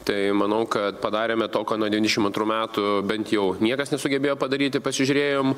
tai manau kad padarėme to ką nuo devyniasdešim antrų metų bent jau niekas nesugebėjo padaryti pasižiūrėjom